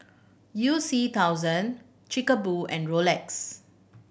You C thousand Chic Boo and Rolex